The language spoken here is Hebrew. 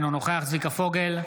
אינו נוכח צביקה פוגל,